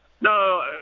no